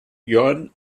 jörn